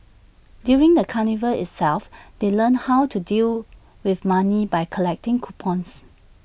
during the carnival itself they learnt how to deal with money by collecting coupons